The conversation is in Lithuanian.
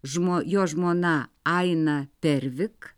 žmo jo žmona aina pervik